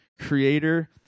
Creator